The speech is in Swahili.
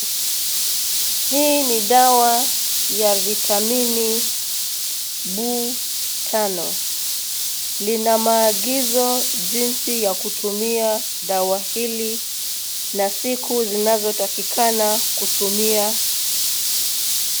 Hii ni dawa ya vitamini B5. Lina maagizo jinsi ya kutumia dawa hili na siku zinazotakikana kutumia.